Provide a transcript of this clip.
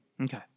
Okay